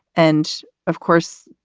and, of course,